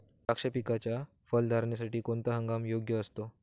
द्राक्ष पिकाच्या फलधारणेसाठी कोणता हंगाम योग्य असतो?